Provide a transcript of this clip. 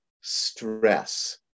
stress